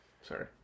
sorry